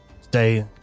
stay